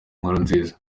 nkurunziza